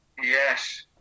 Yes